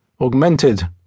augmented